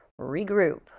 regroup